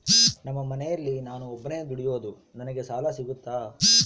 ನಮ್ಮ ಮನೆಯಲ್ಲಿ ನಾನು ಒಬ್ಬನೇ ದುಡಿಯೋದು ನನಗೆ ಸಾಲ ಸಿಗುತ್ತಾ?